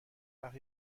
وقت